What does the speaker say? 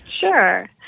Sure